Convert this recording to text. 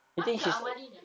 !huh! kak ah malinah